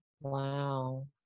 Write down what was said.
wow